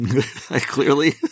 Clearly